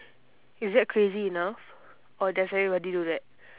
is that crazy enough or does everybody do that